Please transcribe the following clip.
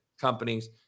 companies